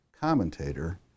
commentator